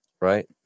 right